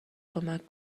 کمک